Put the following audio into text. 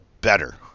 better